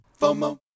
FOMO